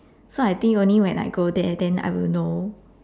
so I think only when I go there then I will know